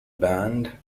band